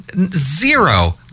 Zero